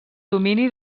domini